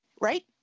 right